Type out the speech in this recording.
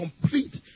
complete